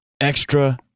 extra